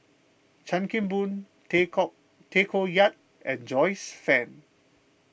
Chan Kim Boon Tay Koh Tay Koh Yat and Joyce Fan